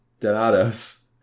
Donados